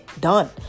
done